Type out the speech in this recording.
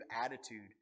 attitude